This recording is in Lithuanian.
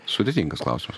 sudėtingas klausimas